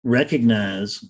recognize